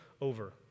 over